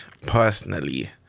personally